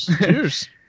Cheers